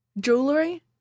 Jewelry